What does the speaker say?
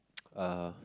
uh